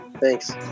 Thanks